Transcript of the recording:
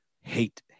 Hate